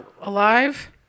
Alive